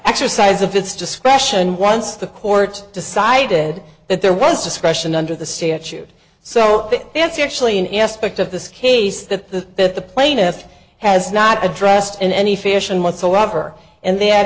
exercise of its discretion once the court decided that there was discretion under the statute so it's actually an aspect of this case that the that the plaintiff has not addressed in any fashion whatsoever and th